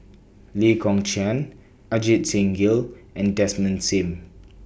Lee Kong Chian Ajit Singh Gill and Desmond SIM